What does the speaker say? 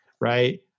right